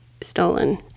stolen